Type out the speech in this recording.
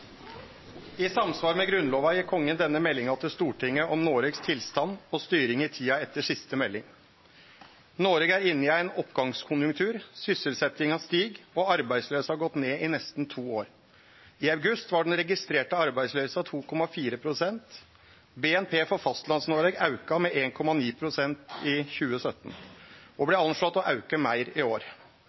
I samsvar med Grunnlova gir Kongen denne meldinga til Stortinget om Noregs tilstand og styring i tida etter siste melding. Noreg er inne i ein oppgangskonjunktur. Sysselsetjinga stig, og arbeidsløysa har gått ned i nesten to år. I august var den registrerte arbeidsløysa 2,4 pst. BNP for Fastlands-Noreg auka med 1,9 pst. i 2017 og blir anslått å auke meir i år.